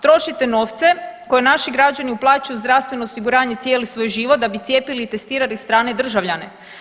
Trošite novce koje naši građani uplaćuju zdravstveno osiguranje cijeli svoj život, da bi cijepili i testirali strane državljane.